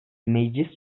meclis